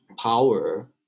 power